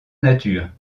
nature